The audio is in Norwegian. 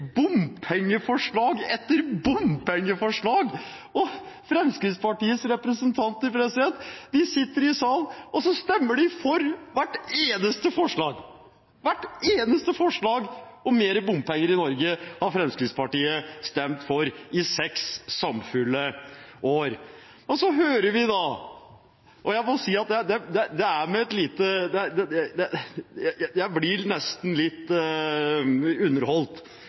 bompengeforslag etter bompengeforslag – og Fremskrittspartiets representanter sitter i salen og stemmer for hvert eneste forslag! Hvert eneste forslag om mer bompenger i Norge har Fremskrittspartiet stemt for i seks samfulle år. Så ser vi – og jeg blir nesten litt underholdt av det – f.eks. representanten Tor André Johnsen fra Fremskrittspartiet komme opp på talerstolen og utbasunere: Vi er